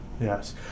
Yes